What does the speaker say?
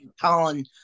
Colin